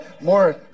More